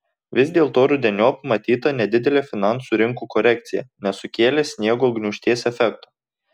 vis dėlto rudeniop matyta nedidelė finansų rinkų korekcija nesukėlė sniego gniūžtės efekto